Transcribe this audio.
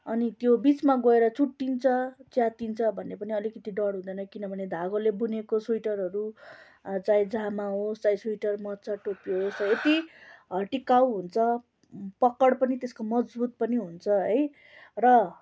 अनि त्यो बिचमा गएर चुटिन्छ च्यातिन्छ भन्ने पनि अलिकति डर हुँदैन किनभने धागोले बुनेको सुइटरहरू चाहे जामा होस् चाहे सुइटर मोजो टोपी होस् यति टिकाउ हुन्छ पक्कड पनि त्यसको मजबुत पनि हुन्छ है र